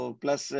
plus